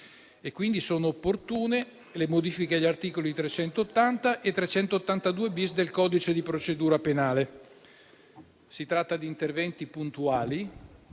quindi opportune le modifiche agli articoli 380 e 382-*bis* del codice di procedura penale: si tratta di interventi puntuali